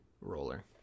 Roller